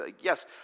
yes